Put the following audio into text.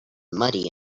muddy